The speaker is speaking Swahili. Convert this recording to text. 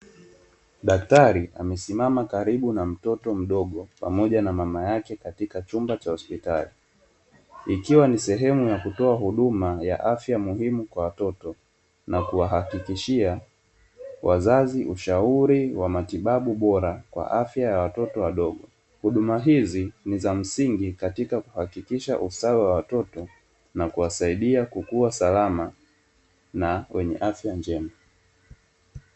Daktari amesimama karibu na mtoto mdogo pamoja na mama yake katika chumba cha hospitali. Ikiwa ni sehemu ya kutoa huduma ya afya muhimu kwa watoto na kuwahakikishia wazazi ushauri wa matibabu bora wa afya ya watoto wadogo. Huduma hizi ni za msingi katika kuhakikisha ustawi wa watoto, na kuwasaidia kukua salama na wenye afya njema .